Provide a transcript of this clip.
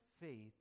faith